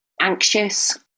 anxious